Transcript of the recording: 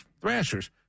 thrashers